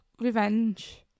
revenge